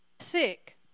sick